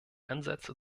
ansätze